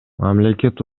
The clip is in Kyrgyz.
мамлекет